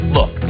Look